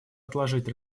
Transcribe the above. отложить